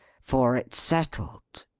for it's settled,